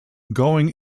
going